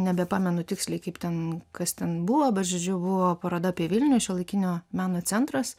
nebepamenu tiksliai kaip ten kas ten buvo bet žodžiu buvo paroda apie vilnių šiuolaikinio meno centras